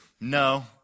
no